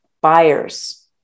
buyers